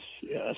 yes